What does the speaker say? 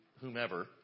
whomever